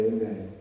Amen